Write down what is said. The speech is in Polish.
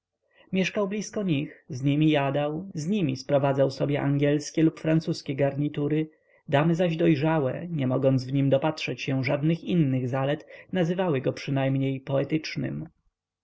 mieszkał blisko nich z nimi jadał z nimi sprowadzał sobie angielskie lub francuskie garnitury damy zaś dojrzałe nie mogąc w nim dopatrzeć żadnych innych zalet nazywały go przynajmniej poetycznym